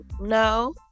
No